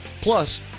Plus